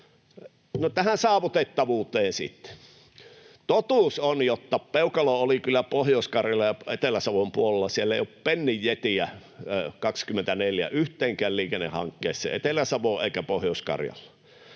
tähän saavutettavuuteen sitten: Totuus on, että peukalo oli kyllä Pohjois-Karjalan ja Etelä-Savon puolella. Siellä ei ole pennin jetiä vuonna 24 yhteenkään liikennehankkeeseen Etelä-Savoon eikä Pohjois-Karjalaan,